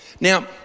now